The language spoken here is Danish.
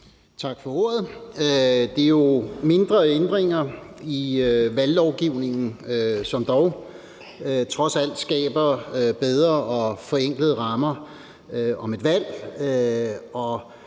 Tak for ordet. Der er jo tale om mindre ændringer i valglovgivningen, som trods alt skaber bedre og mere forenklede rammer om et valg,